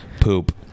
poop